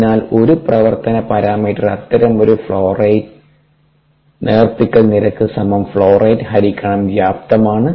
അതിനാൽ ഒരു പ്രവർത്തന പാരാമീറ്റർ അത്തരമൊരു ഫ്ലോറേറ്റ് നേർപ്പിക്കൽ നിരക്ക് സമം ഫ്ലോ റേറ്റ് ഹരിക്കണം വ്യാപ്തം ആണ്